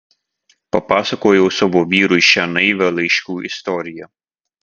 papasakojau savo vyrui šią naivią laiškų istoriją